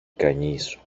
κανείς